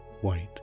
white